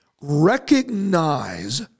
recognize